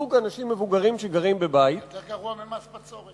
זוג אנשים מבוגרים שגרים בבית ייוותרו עם 5 מטר מעוקב בלבד.